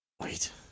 Wait